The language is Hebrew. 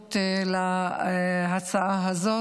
החשיבות להצעה הזאת.